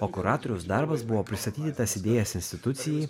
o kuratoriaus darbas buvo pristatyti tas idėjas institucijai